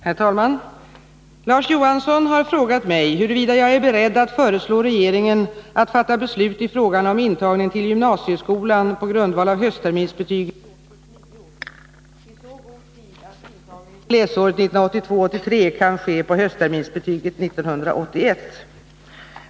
Herr talman! Larz Johansson har frågat mig huruvida jag är beredd att föreslå regeringen att fatta beslut i frågan om intagning till gymnasieskolan på grundval av höstterminsbetyget i årskurs 9 i så god tid att intagningen till läsåret 1982/83 kan ske på höstterminsbetyget 1981.